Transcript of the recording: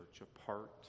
apart